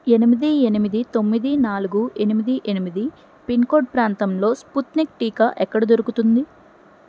ఎనిమిది ఎనిమిది తొమ్మిది నాలుగు ఎనిమిది ఎనిమిది పిన్ కోడ్ ప్రాంతంలో స్పుత్నిక్ టీకా ఎక్కడ దొరుకుతుంది